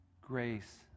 grace